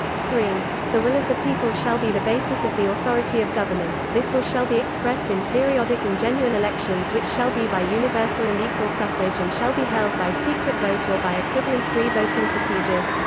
the will of the people shall be the basis of the authority of government this will shall be expressed in periodic and genuine elections which shall be by universal and equal suffrage and shall be held by secret vote or by equivalent free voting procedures.